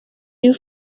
you